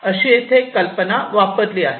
अशी येथे कल्पना वापरली आहे